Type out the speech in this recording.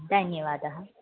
धन्यवादः